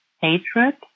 hatred